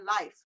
life